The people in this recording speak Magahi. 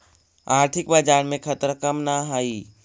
आर्थिक बाजार में खतरा कम न हाई